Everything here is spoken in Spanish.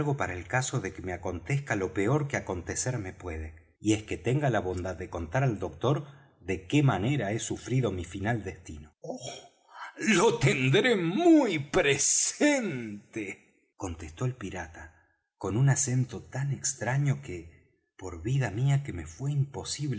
para el caso de que me acontezca lo peor que acontecerme puede y es que tenga la bondad de contar al doctor de qué manera he sufrido mi final destino lo tendré muy presente contestó el pirata con un acento tan extraño que por vida mía que me fué imposible